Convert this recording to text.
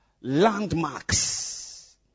Landmarks